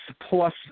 plus